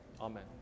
Amen